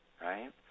right